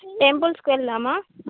టెంపుల్స్కి వెళ్దామా